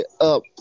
up